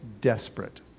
desperate